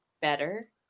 better